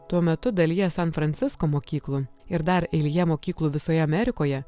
tuo metu dalyje san francisko mokyklų ir dar eilėje mokyklų visoje amerikoje